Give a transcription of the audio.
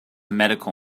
medical